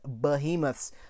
behemoths